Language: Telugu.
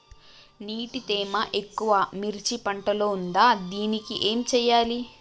నీటి తేమ ఎక్కువ మిర్చి పంట లో ఉంది దీనికి ఏం చేయాలి?